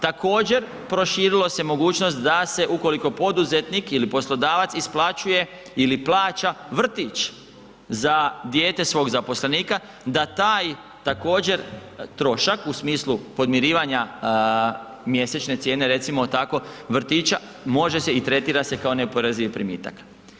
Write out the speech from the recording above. Također, proširilo se mogućnost da se ukoliko poduzetnik ili poslodavac isplaćuje ili plaća vrtić za dijete svog zaposlenika da taj također, trošak u smislu podmirivanja mjesečne cijene, recimo tako, vrtića može se i tretira se kao neoporezivi primitak.